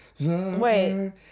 Wait